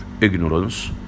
ignorance